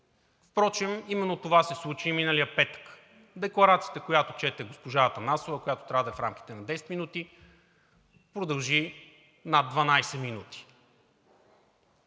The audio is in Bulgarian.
Впрочем именно това се случи и миналия петък. Декларацията, която чете госпожа Атанасова, която трябва да е в рамките на 10 минути, продължи над 12 минути.